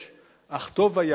אך טוב היה